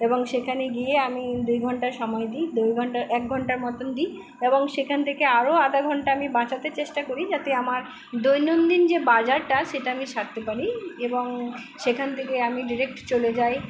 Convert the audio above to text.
এবং সেখানে গিয়ে আমি দুই ঘন্টা সময় দিই দুই ঘন্টার এক ঘন্টা মতন দিই এবং সেখান থেকে আরো আধ ঘন্টা আমি বাঁচাতে চেষ্টা করি যাতে আমার দৈনন্দিন যে বাজারটা সেটা আমি সারতে পারি এবং সেখান থেকে আমি ডিরেক্ট চলে যাই